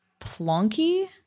plonky